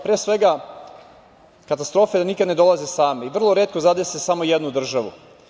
Pre svega, katastrofe nikada ne dolaze same i vrlo retko zadese samo jednu državu.